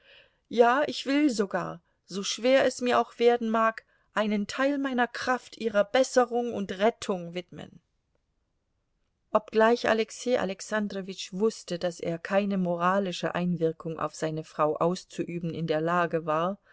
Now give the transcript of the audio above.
ja ich will sogar so schwer es mir auch werden mag einen teil meiner kraft ihrer besserung und rettung widmen obgleich alexei alexandrowitsch wußte daß er keine moralische einwirkung auf seine frau auszuüben in der lage war